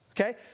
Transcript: okay